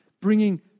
bringing